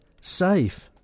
safe